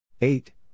eight